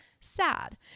sad